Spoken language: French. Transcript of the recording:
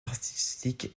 artistique